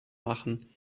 machen